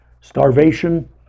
Starvation